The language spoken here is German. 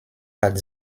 hat